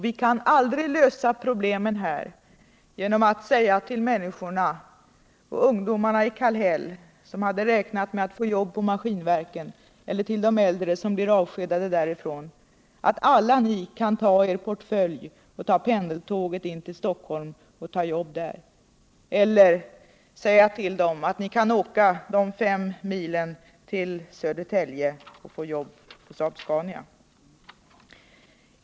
Vi kan aldrig lösa problemen här genom att säga till de ungdomar som hade räknat med att få jobb på Maskinverken eller till de äldre som blir avskedade därifrån: Alla ni kan ta er portfölj och ta pendeltåget in till Stockholm och ta jobb där. Eller säga till dem: Ni kan åka de fem milen till Södertälje och få jobb på Saab-Scania.